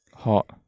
Hot